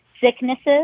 sicknesses